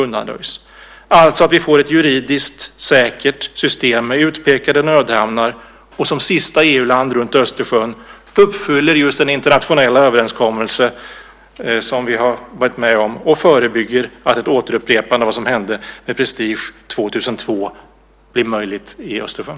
Det handlar alltså om att vi får ett juridiskt säkert system med utpekade nödhamnar och att vi som sista EU-land runt Östersjön uppfyller just den internationella överenskommelse som vi varit med om att träffa samt förebygger ett återupprepande av det som 2002 hände med Prestige i Östersjön?